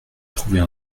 trouver